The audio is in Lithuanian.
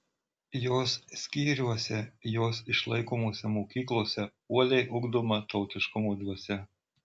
jos skyriuose jos išlaikomose mokyklose uoliai ugdoma tautiškumo dvasia